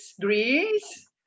Greece